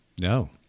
No